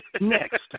Next